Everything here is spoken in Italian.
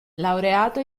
laureato